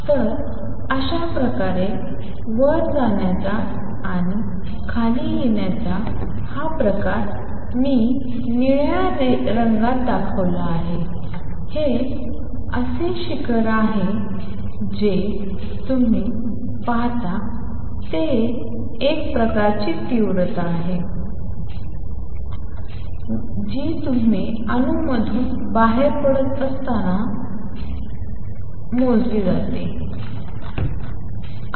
तर अशाप्रकारे वर जाण्याचा आणि खाली येण्याचा हा प्रकार मी निळ्या रंगात दाखवला आहे हे असे शिखर आहे जे तुम्ही पाहता ते एक प्रकारची तीव्रता आहे जी तुम्ही अणूमधून बाहेर पडत असताना मोजली जाते ठीक आहे